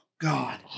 God